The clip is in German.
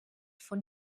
von